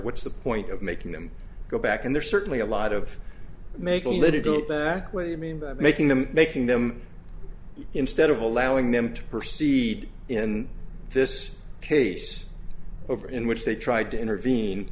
what's the point of making them go back and there's certainly a lot of making that it go back what do you mean by making them making them instead of allowing them to proceed in this case over in which they tried to intervene